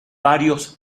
varios